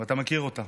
ואתה מכיר אותה